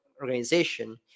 organization